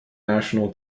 national